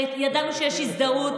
ידענו שיש הזדהות,